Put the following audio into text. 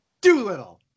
Doolittle